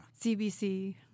CBC